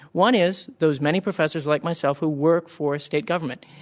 one is those many professors like myself who work for state government.